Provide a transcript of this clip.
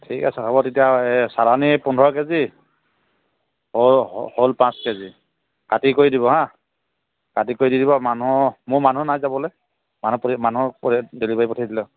ঠিক আছে হ'ব তেতিয়া চালানী পোন্ধৰ কেজি শ'ল শ'ল পাঁচ কেজি কাটি কৰি দিব হাঁ কাটি কৰি দি দিব মানুহ মোৰ মানুহ নাই যাবলৈ মানুহ মানুহ ডেলিভাৰী পঠাই দিলে হ'ল